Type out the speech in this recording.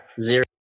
Zero